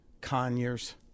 Conyers